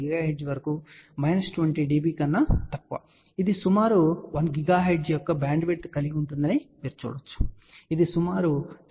ఇది సుమారు 1 GHz యొక్క బ్యాండ్విడ్త్ కలిగి ఉందని మీరు చూడవచ్చు ఇది సుమారు 10